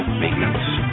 maintenance